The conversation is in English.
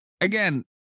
Again